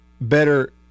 better